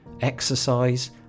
exercise